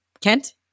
Kent